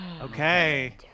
okay